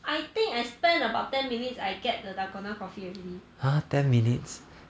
I think I spent about ten minutes I get the dalgona coffee already